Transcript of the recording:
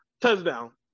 touchdown